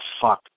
fuck